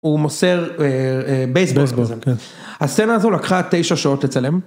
הוא מוסר בייסבורד, הסצנה הזו לקחה תשע שעות לצלם.